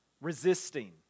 resisting